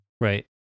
Right